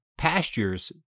Pastures